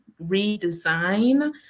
redesign